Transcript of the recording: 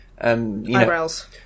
Eyebrows